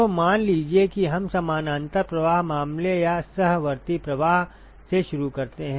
तो मान लीजिए कि हम समानांतर प्रवाह मामले या सहवर्ती प्रवाह से शुरू करते हैं